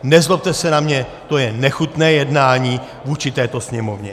Nezlobte se na mě, to je nechutné jednání vůči této Sněmovně!